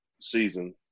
season